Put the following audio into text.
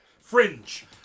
fringe